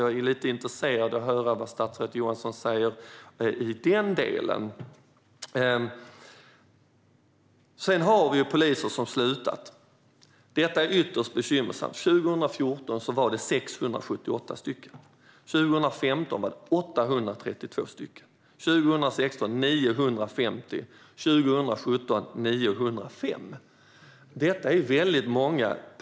Jag är lite intresserad av att höra vad statsrådet Johansson säger i den delen. Sedan har vi poliser som slutat. Detta är ytterst bekymmersamt. Det var 678 poliser som slutade 2014, 832 år 2015, 950 år 2016 och 905 år 2017. Detta är väldigt många.